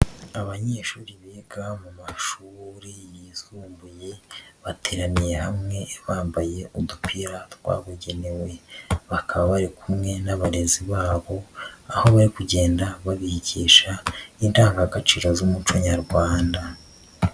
Abanyeshuri biga mu mashuri yisumbuye, bateraniye hamwe bambaye udupira twabugenewe, bakaba bari kumwe n'abarezi babo, aho bari kugenda babigisha indangagaciro z'umuco Nyarwanda.